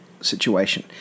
situation